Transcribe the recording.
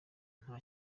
nta